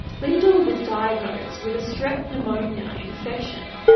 lyndal was diagnosed with a strep pneumonia infection.